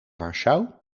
warschau